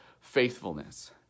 faithfulness